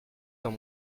dans